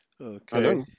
Okay